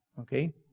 Okay